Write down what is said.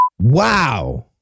Wow